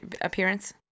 appearance